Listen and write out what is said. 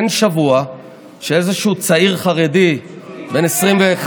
אין שבוע שאיזשהו צעיר חרדי בן 21,